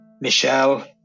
Michelle